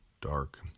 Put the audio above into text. dark